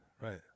right